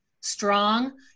strong